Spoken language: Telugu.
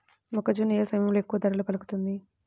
మొక్కజొన్న ఏ సమయంలో ఎక్కువ ధర పలుకుతుంది?